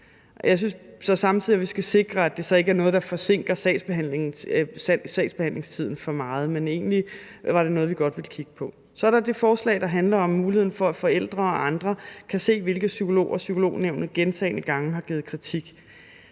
vi skal sikre, at det så ikke er noget, der forsinker sagsbehandlingstiden for meget. Men egentlig er det noget, vi godt vil kigge på. Så er der det forslag, der handler om muligheden for, at forældre og andre kan se, hvilke psykologer Psykolognævnet gentagne gange har givet kritik.